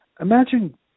Imagine